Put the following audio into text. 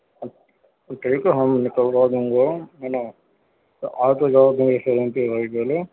اچھا تو کہیے تو ہم نکلوا دیں گے ہے نا تو آ تو جاؤ تم میرے شو روم ایک بار پہلے